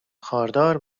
خاردار